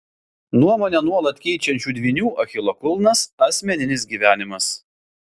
nuomonę nuolat keičiančių dvynių achilo kulnas asmeninis gyvenimas